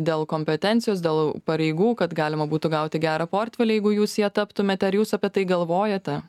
dėl kompetencijos dėl pareigų kad galima būtų gauti gerą portfelį jeigu jūs ja taptumėt ar jūs apie tai galvojate